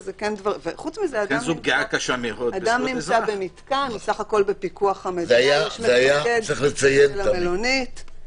חוץ מזה, אדם נמצא במתקן, יש מפקד למלונית.